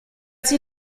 sie